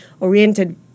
oriented